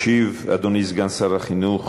ישיב אדוני סגן שר החינוך